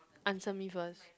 answer me first